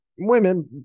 women